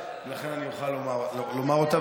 לכן אוכל לומר אותם.